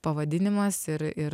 pavadinimas ir ir